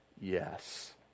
Yes